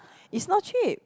is not cheap